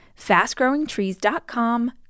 FastGrowingTrees.com